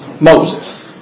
Moses